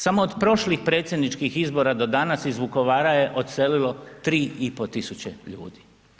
Samo od prošlih predsjedničkih izbora do danas, iz Vukovara je odselilo 3,500 ljudi.